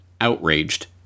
outraged